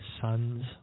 sons